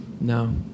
No